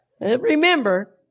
Remember